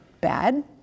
bad